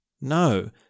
No